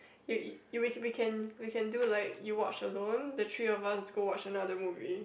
you you we can we can we can do like you watch alone the three of us go watch another movie